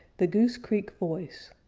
the goose creek voice